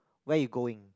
where you going